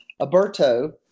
Alberto